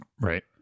Right